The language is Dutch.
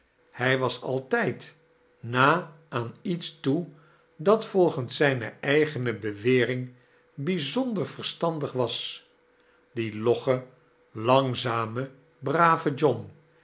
hij was altijd na aan iets toe dat volgens zijne eigene bewering bijzonder verstandig was die logge langzame brave john